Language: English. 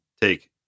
take